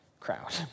crowd